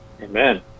Amen